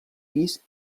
pis